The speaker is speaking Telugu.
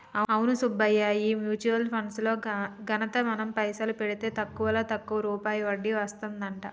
అవును సుబ్బయ్య ఈ మ్యూచువల్ ఫండ్స్ లో ఘనత మనం పైసలు పెడితే తక్కువలో తక్కువ రూపాయి వడ్డీ వస్తదంట